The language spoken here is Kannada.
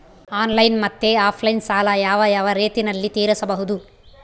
ಆನ್ಲೈನ್ ಮತ್ತೆ ಆಫ್ಲೈನ್ ಸಾಲ ಯಾವ ಯಾವ ರೇತಿನಲ್ಲಿ ತೇರಿಸಬಹುದು?